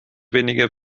wenige